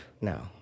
No